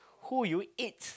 who would you eat